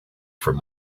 from